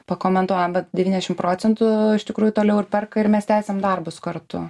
pakomentuojam bet devyniasdešim procentų iš tikrųjų toliau ir perka ir mes tęsiam darbus kartu